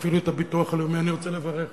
אפילו את הביטוח הלאומי אני רוצה לברך